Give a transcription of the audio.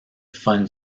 fund